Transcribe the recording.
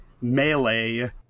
melee